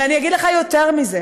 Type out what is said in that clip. ואני אגיד לך יותר מזה,